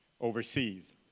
overseas